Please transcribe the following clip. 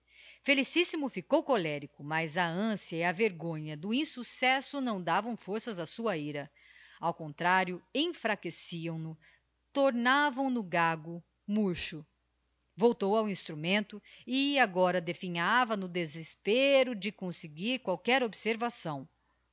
apparelho felicíssimo ficou colérico mas a anciã e a vergonha do insuccesso não davam forças á sua ira ao contrario enfraqueciam no tornavam no gago murcho voltou ao instrumento e agora definhava no desespero de conseguir qualquer observação